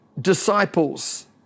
disciples